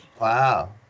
Wow